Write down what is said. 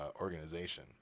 organization